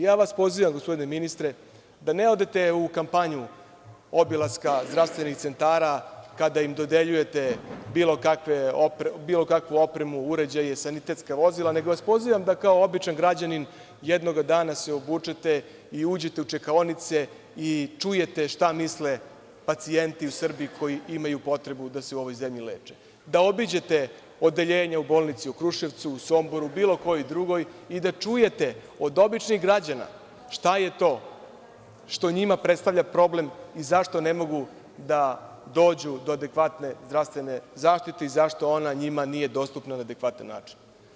Pozivam vas, gospodine ministre, da ne odete u kampanju obilaska zdravstvenih centara kada im dodeljujete bilo kakvu opremu, uređaje, sanitetska vozila, nego vas pozivam da se kao običan građanin jednoga dana obučete i uđete u čekaonice i čujete šta misle pacijenti u Srbiji koji imaju potrebu da se u ovoj zemlji leče, da obiđete odeljenje u bolnici u Kruševcu, u Somboru, u bilo kojoj drugoj i da čujete od običnih građana šta je to što njima predstavlja problem i zašto ne mogu da dođu do adekvatne zdravstvene zaštite i zašto ona njima nije dostupna na adekvatan način.